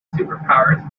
superpowers